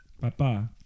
Papa